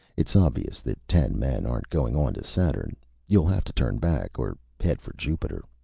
it's obvious that ten men aren't going on to saturn you'll have to turn back, or head for jupiter.